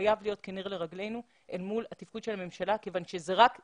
חייב להיות כנר לרגלינו אל מול התפקיד של הממשלה כיוון שאלה רק מילים.